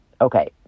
Okay